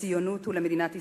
לציונות ולמדינת ישראל.